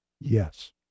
Yes